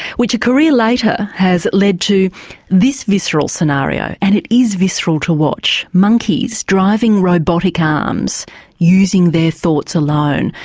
which a career later has led to this visceral scenario and it is visceral to watch monkeys driving robotic um arms using their thoughts alone,